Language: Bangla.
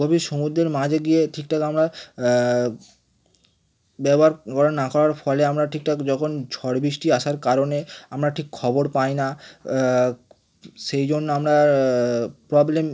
গভীর সমুদ্রের মাঝে গিয়ে ঠিকঠাক আমরা ব্যবহার করা না করার ফলে আমরা ঠিকঠাক যখন ঝড় বৃষ্টি আসার কারণে আমরা ঠিক খবর পাই না সেই জন্য আমরা প্রবলেম